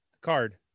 card